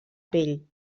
pell